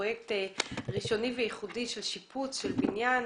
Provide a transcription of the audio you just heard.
פרויקט ראשוני וייחודי של שיפוץ של בניין,